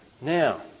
Now